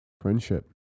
friendship